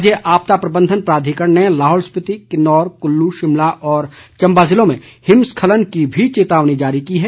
राज्य आपदा प्रबंधन प्राधिकरण ने लाहौल स्पीति किन्नौर कुल्लू शिमला और चम्बा ज़िलों में हिमस्खलन की भी चेतावनी जारी की है